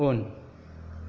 उन